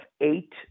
eight